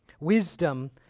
Wisdom